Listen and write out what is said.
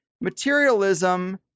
materialism